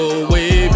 away